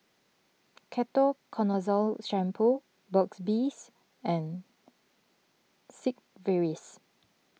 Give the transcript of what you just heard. Ketoconazole Shampoo Burt's Bees and Sigvaris